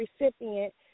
recipient